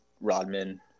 Rodman